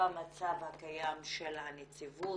במצב הקיים של הנציבות.